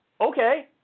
Okay